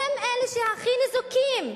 והם אלה שהכי ניזוקים.